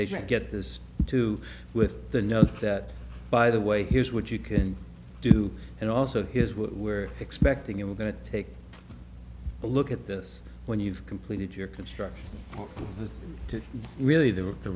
they should get this too with the note that by the way here's what you can do and also here's what we're expecting you we're going to take but look at this when you've completed your construction to really they were the